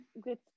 Good